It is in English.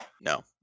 No